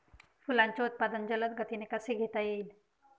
फुलांचे उत्पादन जलद गतीने कसे घेता येईल?